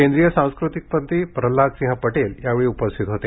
केंद्रीय सांस्कृतिक मंत्री प्रहलाद सिंह पटेल यावेळी उपस्थित होते